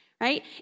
right